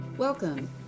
Welcome